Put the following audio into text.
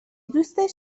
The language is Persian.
دوستش